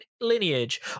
lineage